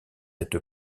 être